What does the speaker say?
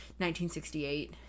1968